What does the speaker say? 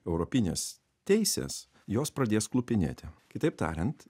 europinės teisės jos pradės klupinėti kitaip tariant